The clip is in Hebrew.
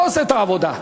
לא עושה את העבודה.